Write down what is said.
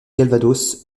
calvados